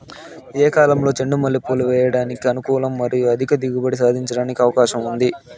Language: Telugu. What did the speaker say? ఏ కాలంలో చెండు మల్లె పూలు వేయడానికి అనుకూలం మరియు అధిక దిగుబడి సాధించడానికి అవకాశం ఉంది?